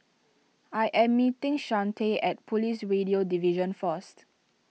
I am meeting Shante at Police Radio Division first